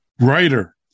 writer